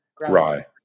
Rye